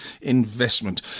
investment